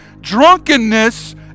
drunkenness